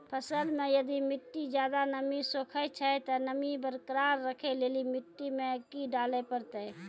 फसल मे यदि मिट्टी ज्यादा नमी सोखे छै ते नमी बरकरार रखे लेली मिट्टी मे की डाले परतै?